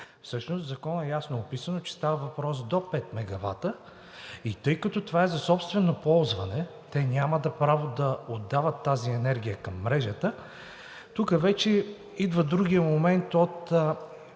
Всъщност в Закона ясно е описано, че става въпрос до пет мегавата и тъй като това е за собствено ползване, те нямат право да отдават тази енергия към мрежата. Тук вече идва другият момент от